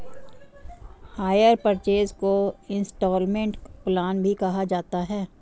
higher purchase को instalment plan भी कहा जाता है